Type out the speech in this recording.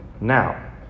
now